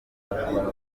guhabwa